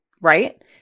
right